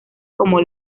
como